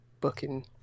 booking